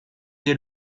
des